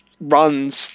runs